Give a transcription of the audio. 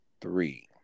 three